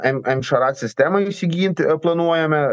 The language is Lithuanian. m mšarad sistemą įsigyt planuojame